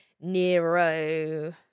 nero